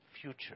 future